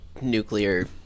nuclear